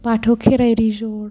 बाथौ खेराइ रेजर्ट